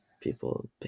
People